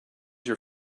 your